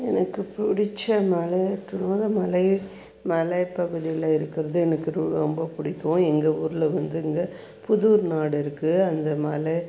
எனக்கு பிடிச்ச மலை ஏற்றம்னால் நான் மலை மலை பகுதியில் இருக்கிறது எனக்கு ரொம்ப பிடிக்கும் எங்கள் ஊர்ல வந்து இங்கே புதூர் நாடு இருக்குது அந்த மலை